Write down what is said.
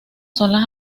son